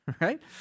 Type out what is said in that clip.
right